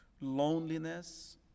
loneliness